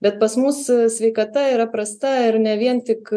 bet pas mus sveikata yra prasta ir ne vien tik